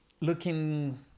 looking